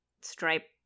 stripe